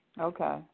Okay